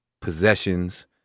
possessions